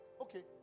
Okay